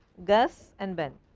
gus and ben